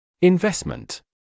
Investment